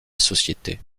société